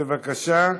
בבקשה.